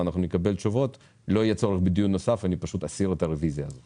הצבעה פנייה 227,228 אושרה.